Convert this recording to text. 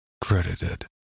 Credited